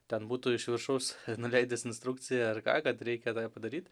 ten būtų iš viršaus nuleidęs instrukciją ar kad reikia tą padaryt